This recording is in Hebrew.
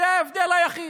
זה ההבדל היחיד.